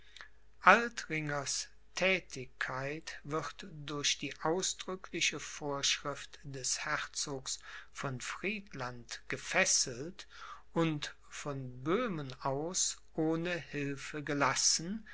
altringers tätigkeit wird durch die ausdrückliche vorschrift des herzogs von friedland gefesselt und von böhmen aus ohne hilfe gelassen